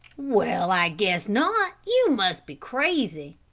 well, i guess not, you must be crazy.